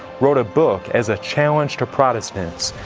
wrote a book as a challenge to protestants.